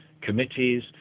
committees